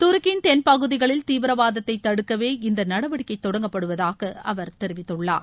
துருக்கியின் தென்பகுதிகளில் தீவிரவாதத்தை தடுக்கவே இந்த நடவடிக்கை தொடங்கப்படுவதாக அவர் தெரிவித்துள்ளார்